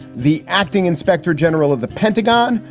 the acting inspector general of the pentagon,